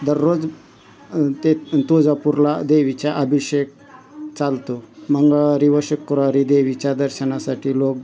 दररोज ते तुळजापूरला देवीच्या आभिषेक चालतो मंगळवारी व शुक्रवारी देवीच्या दर्शनासाठी लोक